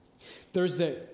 Thursday